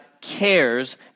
cares